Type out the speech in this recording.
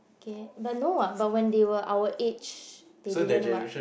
okay but no [what] but when they were our age they didn't [what]